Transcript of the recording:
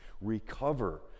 recover